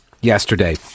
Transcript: yesterday